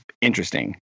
interesting